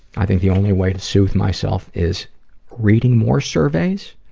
i think the only way to soothe myself is reading more surveys,